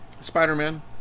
Spider-Man